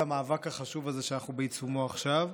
על המאבק החשוב הזה שאנחנו בעיצומו עכשיו,